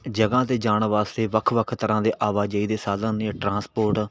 ਜਗ੍ਹਾ' ਤੇ ਜਾਣ ਵਾਸਤੇ ਵੱਖ ਵੱਖ ਤਰ੍ਹਾਂ ਦੇ ਆਵਾਜਾਈ ਦੇ ਸਾਧਨ ਨੇ ਟਰਾਂਸਪੋਰਟ